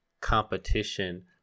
competition